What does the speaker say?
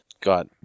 got